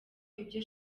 ibyo